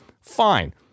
fine